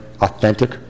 authentic